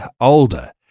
older